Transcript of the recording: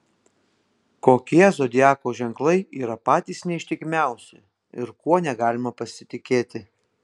kokie zodiako ženklai yra patys neištikimiausi ir kuo negalima pasitikėti